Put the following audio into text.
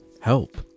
Help